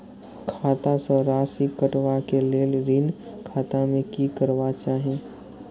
खाता स राशि कटवा कै लेल ऋण खाता में की करवा चाही?